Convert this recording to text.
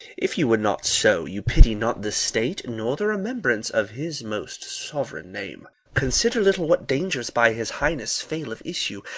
if you would not so, you pity not the state, nor the remembrance of his most sovereign name consider little what dangers, by his highness' fail of issue,